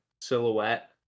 silhouette